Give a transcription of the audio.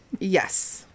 Yes